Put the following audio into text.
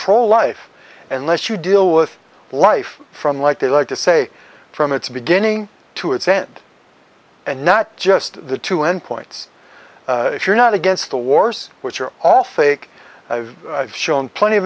pro life unless you deal with life from like they like to say from its beginning to its end and not just the two end points if you're not against the wars which are all fake i've shown plenty of